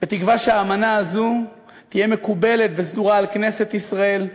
בתקווה שהאמנה הזו תהיה מקובלת וסדורה בכנסת ישראל.